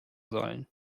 sollen